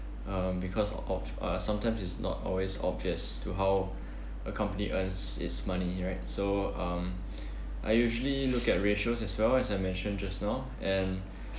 um because of uh sometimes it's not always obvious to how a company earns its money right so um I usually look at ratios as well as I mentioned just now and